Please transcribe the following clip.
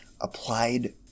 applied